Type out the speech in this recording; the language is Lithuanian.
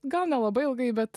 gal nelabai ilgai bet